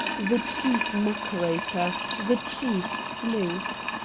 the chief muckraker, the chief sleuth.